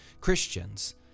Christians